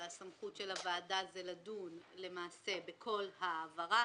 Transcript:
וכיוון שהסמכות של הוועדה זה לדון בכל העברה